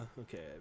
okay